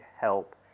help